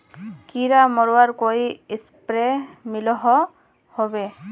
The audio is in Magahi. कीड़ा मरवार कोई स्प्रे मिलोहो होबे?